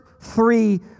three